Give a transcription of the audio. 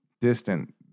distant